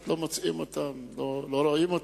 32, של חבר הכנסת דוד אזולאי: